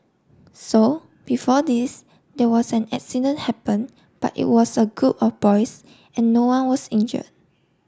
so before this there was an accident happened but it was a group of boys and no one was injured